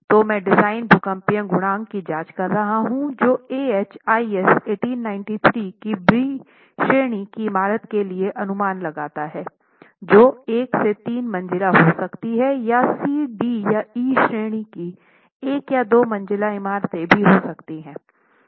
तो मैं डिजाइन भूकंपीय गुणांक की जांच कर रहा हूं जो A h आईएस 1893 की बी श्रेणी की इमारत के लिए अनुमान लगाता है जो 1 से 3 मंजिला हो सकती है या सी डी या ई श्रेणी की 1 या 2 मंजिला इमारतें भी हो सकती हैं